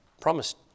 promised